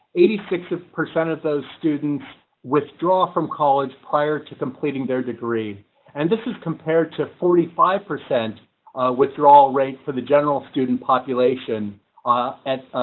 eighty-six percent of those students withdraw from college prior to completing their degree and this is compared to forty five percent withdrawal rate for the general student population ah at